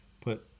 put